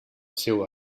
seua